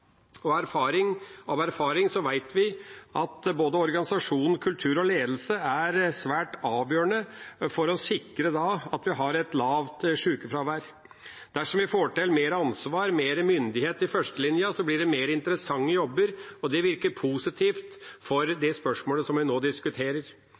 og av erfaring vet vi at både organisasjon, kultur og ledelse er svært avgjørende for å sikre at vi har et lavt sjukefravær. Dersom vi får til mer ansvar og mer myndighet i førstelinja, blir det mer interessante jobber, og det virker positivt for